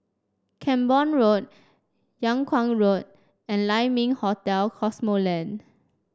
Camborne Road Yung Kuang Road and Lai Ming Hotel Cosmoland